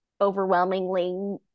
overwhelmingly